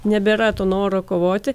nebėra to noro kovoti